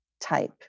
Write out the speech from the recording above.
type